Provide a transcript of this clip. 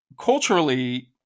culturally